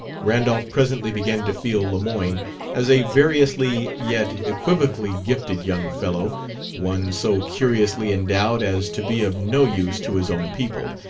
randolph presently began to feel lemoyne as a variously yet equivocally gifted young fellow one so curiously endowed as to be of no use to his own people,